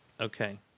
Okay